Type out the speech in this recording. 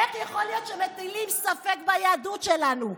איך יכול להיות שמטילים ספק ביהדות שלנו?